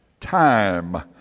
time